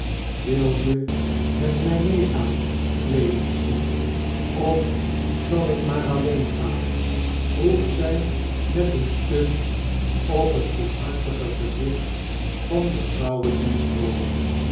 wil je met inij meegaan clemency of zal ik maar alleen gaan vroeg zij met aeen kus op het goedhartige gezicht van de